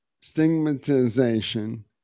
stigmatization